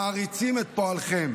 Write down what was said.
מעריצים את פועלכם,